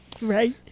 Right